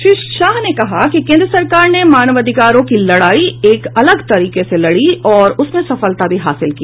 श्री शाह ने कहा कि केन्द्र सरकार ने मानवाधिकारों की लड़ाई एक अलग तरीके से लड़ी और उसमें सफलता भी हासिल की